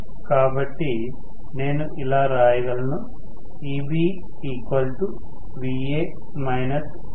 కాబట్టి నేను ఇలా రాయగలను EbVa IaRa